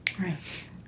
Right